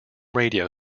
radio